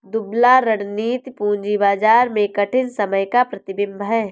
दुबला रणनीति पूंजी बाजार में कठिन समय का प्रतिबिंब है